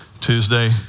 Tuesday